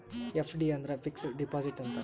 FD ಅಂದ್ರ fixed deposit ಅಂತ